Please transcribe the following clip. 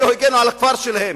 אלה הגנו על הכפר שלהם,